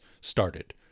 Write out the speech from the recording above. started